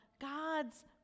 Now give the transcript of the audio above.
God's